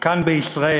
כאן בישראל,